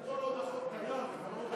כל עוד החוק קיים,